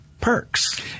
perks